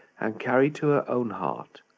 and carry to her own heart,